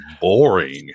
boring